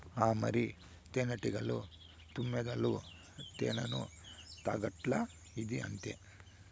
ఆ మరి, తేనెటీగలు, తుమ్మెదలు తేనెను తాగట్లా, ఇదీ అంతే